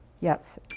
Yes